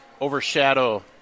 overshadow